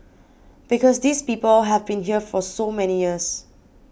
because these people have been here for so many years